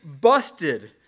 busted